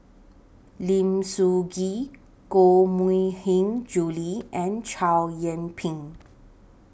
Lim Soo Ngee Koh Mui Hiang Julie and Chow Yian Ping